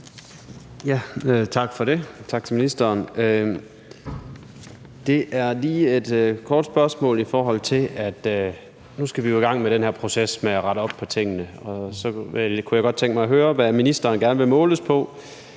Tak for det, og tak til ministeren. Det er lige et kort spørgsmål, i forhold til at vi jo nu skal i gang med den her proces med at rette op på tingene. Jeg kunne godt tænke mig at høre, hvad ministeren gerne vil måles på,